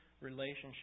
relationship